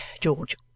George